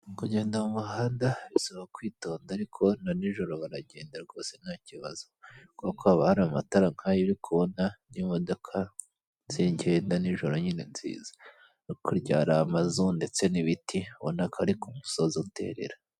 Kugenda mu muhanda bisaba kwitonda ariko na nijoro baragenda rwose ntakibazo, kubera ko hari amatara nkayo uri kubona n'imodoka zigenda nijoro nyine nziza. Hakurya hari amazu ndetse n'ibiti ubona ko ari musozi uterera.